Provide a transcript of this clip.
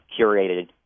curated